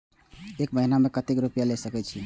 एक महीना में केते रूपया ले सके छिए?